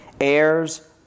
heirs